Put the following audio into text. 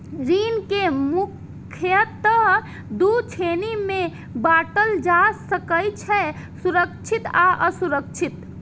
ऋण कें मुख्यतः दू श्रेणी मे बांटल जा सकै छै, सुरक्षित आ असुरक्षित